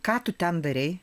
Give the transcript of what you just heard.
ką tu ten darei